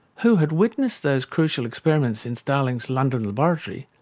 who had witnessed those crucial experiments in starling's london laboratory,